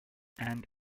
and